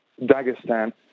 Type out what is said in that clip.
Dagestan